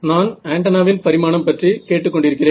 நான் ஆன்டென்னாவின் பரிமாணம் பற்றி கேட்டுக் கொண்டிருக்கிறேன்